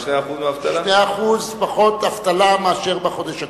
2% פחות אבטלה מאשר בחודש הקודם.